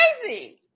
crazy